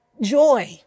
joy